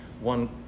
one